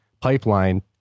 pipeline